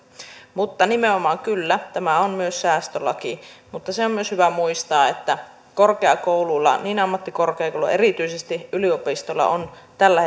mutta nimenomaan kyllä tämä on myös säästölaki mutta se on myös hyvä muistaa että korkeakouluilla niin ammattikorkeakouluilla kuin erityisesti yliopistoilla on tällä